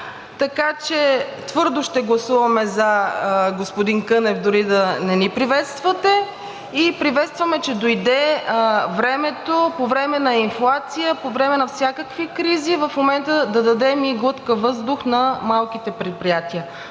Така че твърдо ще гласуваме за, господин Кънев, дори да не ни призовавате. И приветстваме, че дойде времето – по време на инфлация, по време на всякакви кризи в момента, да дадем глътка въздух и на малките предприятия.